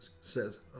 says